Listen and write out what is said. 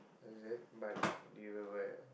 is it but do you have a